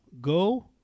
go